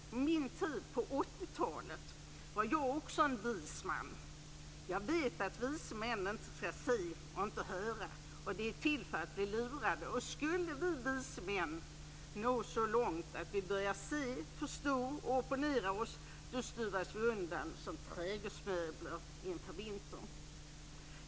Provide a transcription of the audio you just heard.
På min tid - på 80 talet - var jag också en 'vis man'. Jag vet att vise män inte ska se och inte höra. De är till för att bli lurade och skulle vi, 'vice män', nå så långt att vi börjar se, förstå och opponera oss, då stuvas vi undan som trädgårdsmöbler för vinterförvaring."